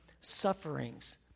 sufferings